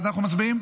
1. אנחנו מצביעים?